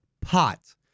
pot